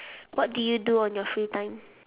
what do you do on your free time